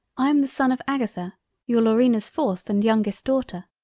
i am the son of agatha your laurina's fourth and youngest daughter,